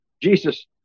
Jesus